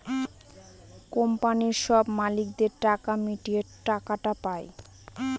কোম্পানির সব মালিকদের টাকা মিটিয়ে টাকাটা পায়